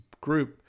group